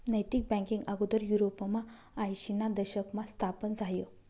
नैतिक बँकींग आगोदर युरोपमा आयशीना दशकमा स्थापन झायं